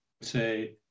say